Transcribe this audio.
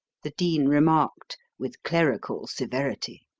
the dean remarked, with clerical severity.